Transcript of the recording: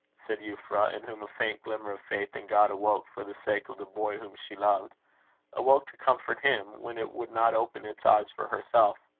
said euphra, in whom a faint glimmer of faith in god awoke for the sake of the boy whom she loved awoke to comfort him, when it would not open its eyes for herself.